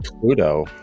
pluto